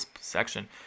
section